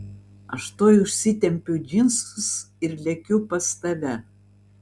aš tuoj užsitempiu džinsus ir lekiu pas tave